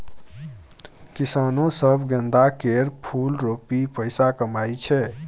किसानो सब गेंदा केर फुल रोपि पैसा कमाइ छै